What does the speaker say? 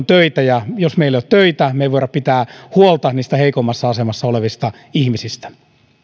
töitä ja jos meillä ei ole töitä me emme voi pitää huolta niistä heikoimmassa asemassa olevista ihmisistä